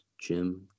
jim